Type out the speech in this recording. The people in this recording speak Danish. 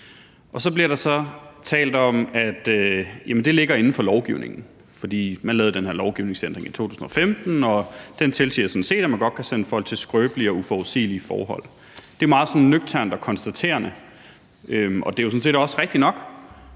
så bliver der talt om, at det ligger inden for lovgivningen. Man lavede den her lovændring i 2015, og den tilsiger sådan set, at man godt kan sende folk til områder med skrøbelige og uforudsigelige forhold. Det er meget sådan nøgternt og konstaterende, og det er jo sådan set også